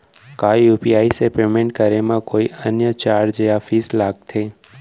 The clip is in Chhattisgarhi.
का यू.पी.आई से पेमेंट करे म कोई अन्य चार्ज या फीस लागथे?